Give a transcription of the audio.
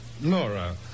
Nora